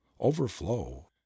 overflow